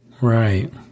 Right